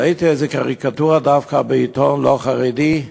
ראיתי איזו קריקטורה דווקא בעיתון לא חרדי: